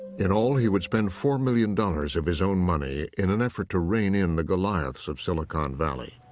in all, he would spend four million dollars of his own money in an effort to rein in the goliaths of silicon valley.